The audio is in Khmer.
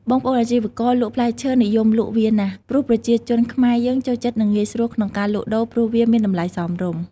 បងប្អូនអាជីវករលក់ផ្លែឈើនិយមលក់វាណាស់ ព្រោះប្រជាជនខ្មែរយើងចូលចិត្ត និងងាយស្រួលក្នុងការលក់ដូរព្រោះវាមានតម្លៃសមរម្យ។